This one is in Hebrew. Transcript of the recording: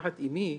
משפחת אמי,